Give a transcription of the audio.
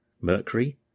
Mercury